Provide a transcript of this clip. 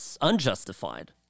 unjustified